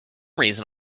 reason